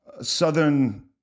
Southern